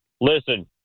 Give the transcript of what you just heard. listen